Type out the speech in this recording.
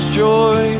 joy